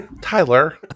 Tyler